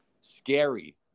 scary